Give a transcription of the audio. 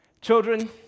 Children